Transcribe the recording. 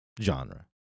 genre